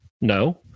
No